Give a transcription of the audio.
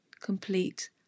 complete